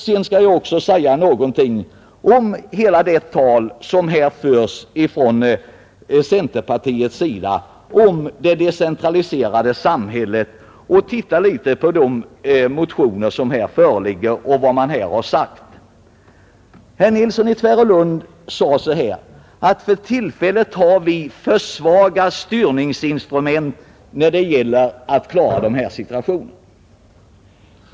Sedan vill jag också säga ett par ord om allt tal som här förs från centerpartiets sida om det decentraliserade samhället och ta upp de motioner som berör detta och det man här har sagt. Herr Nilsson i Tvärålund sade att vi för tillfället har för svaga styrningsinstrument för att klara de här situationerna.